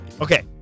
Okay